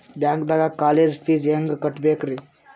ಬ್ಯಾಂಕ್ದಾಗ college fees ಹೆಂಗ್ ಕಟ್ಟ್ಬೇಕ್ರಿ?